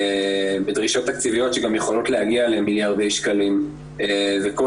בדרישות תקציביות שגם יכולות להגיע למיליארדי שקלים וכל